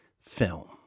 film